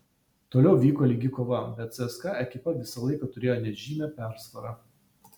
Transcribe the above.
toliau vyko lygi kova bet cska ekipa visą laiką turėjo nežymią persvarą